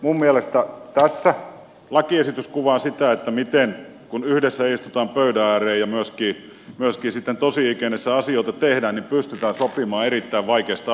minun mielestäni tässä lakiesitys kuvaa sitä miten kun yhdessä istutaan pöydän ääreen ja myöskin sitten tosi ikenessä asioita tehdään pystytään sopimaan erittäin vaikeista asioista